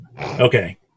Okay